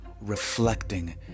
reflecting